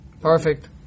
Perfect